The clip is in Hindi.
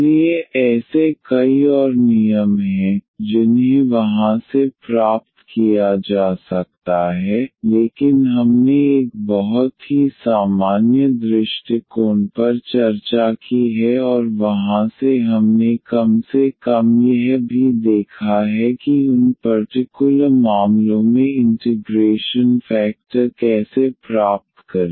इसलिए ऐसे कई और नियम हैं जिन्हें वहां से प्राप्त किया जा सकता है लेकिन हमने एक बहुत ही सामान्य दृष्टिकोण पर चर्चा की है और वहां से हमने कम से कम यह भी देखा है कि उन पर्टिकुलर मामलों में इंटिग्रेशन फैक्टर कैसे प्राप्त करें